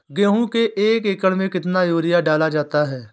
गेहूँ के एक एकड़ में कितना यूरिया डाला जाता है?